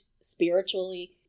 spiritually